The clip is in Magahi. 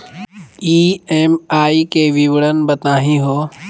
ई.एम.आई के विवरण बताही हो?